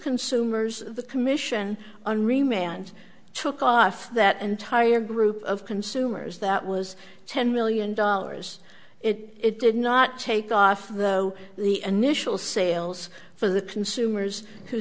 consumers the commission on remand took off that entire group of consumers that was ten million dollars it did not take off though the initial sales for the consumers who